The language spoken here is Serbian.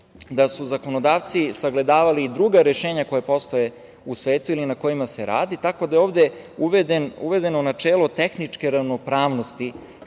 da su zakonodavci sagledavali i druga rešenja koja postoje u svetu ili na kojima se radi, tako da je ovde uvedeno načelo tehničke ravnopravnosti,